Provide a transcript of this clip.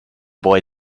boy